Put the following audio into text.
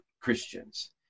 Christians